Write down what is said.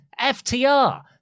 FTR